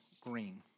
green